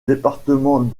département